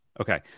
Okay